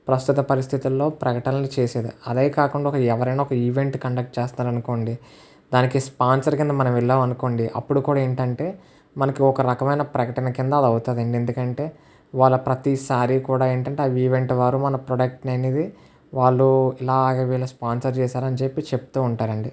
ప్రస్తుత పరిస్థితుల్లో ప్రకటనలు చేసేది అదే కాకుండా ఎవరైనా ఒక ఈవెంట్ కండక్ట్ చేస్తారనుకోండి దానికి స్పాన్సర్ కింద మనం వెళ్ళామనుకోండి అప్పుడు కూడా ఏంటంటే మనకి ఒక రకమైన ప్రకటన కింద అది అవుతుందండి ఎందుకంటే వాళ్ళ ప్రతిసారి కూడా ఏంటంటే ఆ ఈవెంట్ వారు మన ప్రోడక్ట్ని అనేది వాళ్ళు ఇలాగ వీళ్ళు స్పాన్సర్ చేశారని చెప్పి చెప్తు ఉంటారండి